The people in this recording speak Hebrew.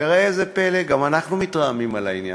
וראה זה פלא, גם אנחנו מתרעמים על העניין.